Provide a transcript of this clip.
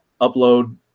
upload